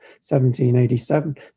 1787